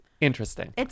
Interesting